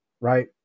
right